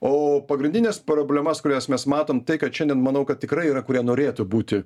o pagrindines problemas kurias mes matom tai kad šiandien manau kad tikrai yra kurie norėtų būti